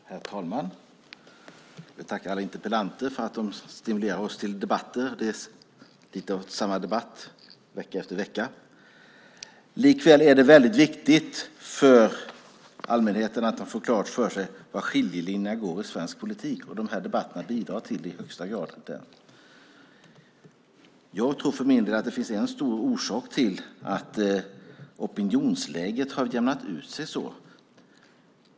Herr talman! Jag vill tacka alla interpellanter för att de stimulerar oss till debatter. Det är lite av samma debatt vecka efter vecka. Likväl är det väldigt viktigt för allmänheten att få klart för sig var skiljelinjerna går i svensk politik, och de här debatterna bidrar till det i högsta grad. Jag tror för min del att det finns en viktig orsak till att opinionsläget har jämnat ut sig.